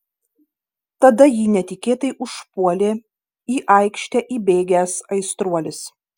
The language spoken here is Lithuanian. tada jį netikėtai užpuolė į aikštę įbėgęs aistruolis